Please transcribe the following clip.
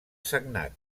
sagnat